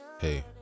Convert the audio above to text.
Hey